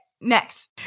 Next